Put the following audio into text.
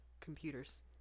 computers